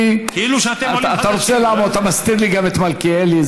אתה רוצה לעמוד, אתה מסתיר לי גם את מלכיאלי.